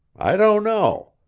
i don't know.